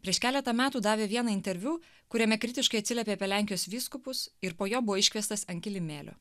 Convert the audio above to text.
prieš keletą metų davė vieną interviu kuriame kritiškai atsiliepė apie lenkijos vyskupus ir po jo buvo iškviestas ant kilimėlio